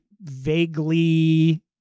vaguely